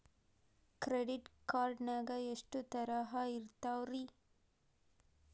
Credit card ನಾಗ ಎಷ್ಟು ತರಹ ಇರ್ತಾವ್ರಿ?